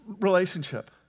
relationship